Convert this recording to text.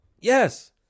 Yes